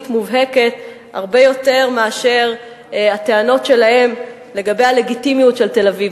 מובהקת הרבה יותר מאשר הטענות שלהם לגבי הלגיטימיות של תל-אביב.